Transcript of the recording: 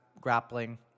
grappling